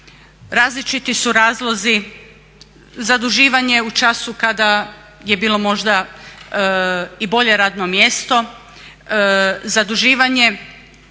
Različiti su razlozi, zaduživanje u času kada je bilo možda i bolje radno mjesto, zaduživanje